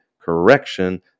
correction